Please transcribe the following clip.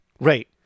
right